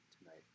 tonight